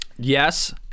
Yes